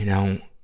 know,